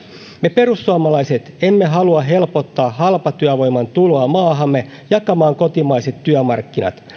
me perussuomalaiset emme halua helpottaa halpatyövoiman tuloa maahamme jakamaan kotimaisia työmarkkinoita